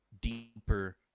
deeper